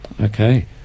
Okay